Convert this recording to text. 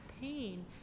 pain